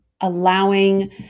allowing